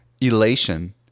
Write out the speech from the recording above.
elation